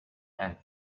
and